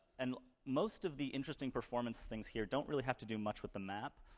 and most of the interesting performance things here don't really have to do much with the map.